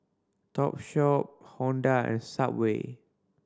Topshop Honda and Subway